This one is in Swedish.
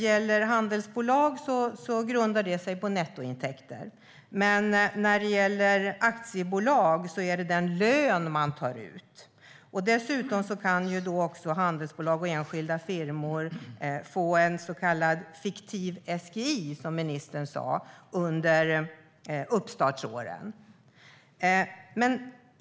För handelsbolag grundar sig det hela på nettointäkten. Men för aktiebolag gäller den lön som man tar ut. Dessutom kan ägarna av handelsbolag och enskilda firmor få en så kallad fiktiv SGI, som ministern sa, under uppstartsåren.